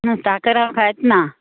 ना साकर हांव खायत ना